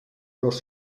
los